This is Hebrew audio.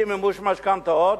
מאי-מימוש משכנתאות.